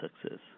success